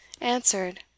answered